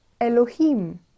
ELOHIM